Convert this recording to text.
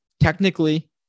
Technically